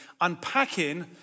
unpacking